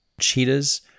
Cheetahs